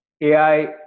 AI